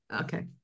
Okay